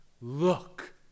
look